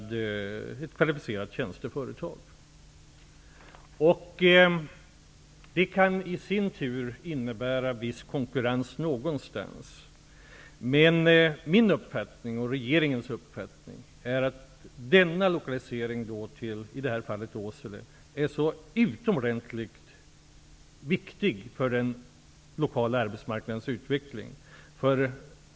Det kan i sin tur innebära viss konkurrens någonstans. Men min och regeringens uppfattning är att en sådan här lokalisering -- i detta fall alltså till Åsele -- är utomordentligt viktig för den lokala arbetsmarknadens utveckling.